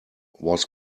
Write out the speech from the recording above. was